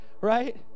right